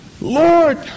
Lord